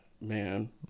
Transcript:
man